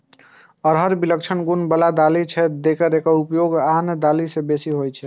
अरहर विलक्षण गुण बला दालि छियै, तें एकर उपयोग आन दालि सं बेसी होइ छै